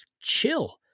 chill